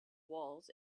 walls